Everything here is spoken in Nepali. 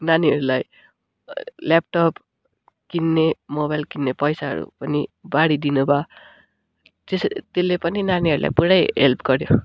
नानीहरूलाई ल्यापटप किन्ने मोबाइल किन्ने पैसाहरू पनि बाँढिदिनुभयो त्यसले पनि नानीहरलाई पुरै हेल्प गऱ्यो